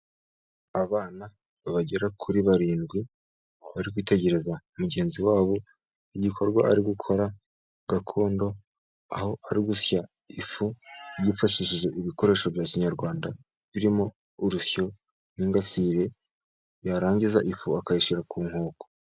Abana bagera kuri barindwi bari kwitegereza mugenzi wabo igikorwa ari gukora gakondo aho ari ugusya ifu yifashishije ibikoresho bya kinyarwanda birimo: urusyo, n'ingasire, yarangiza ifu akayishyira ku nkoko.